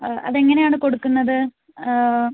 അത് എങ്ങനെയാണ് കൊടുക്കുന്നത്